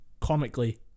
comically